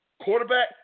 quarterback